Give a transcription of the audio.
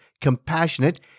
compassionate